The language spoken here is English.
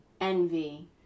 Envy